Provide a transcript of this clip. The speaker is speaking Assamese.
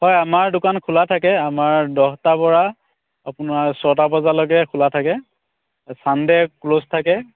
হয় আমাৰ দোকান খোলা থাকে আমাৰ দহটাৰ পৰা আপোনাৰ ছটা বজালৈকে খোলা থাকে ছানডে' ক্ল'জ থাকে